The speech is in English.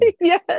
Yes